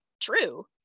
true